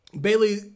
Bailey